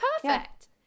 perfect